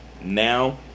now